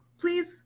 please